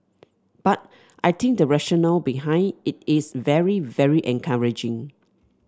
but I think the rationale behind it is very very encouraging